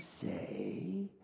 say